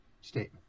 statement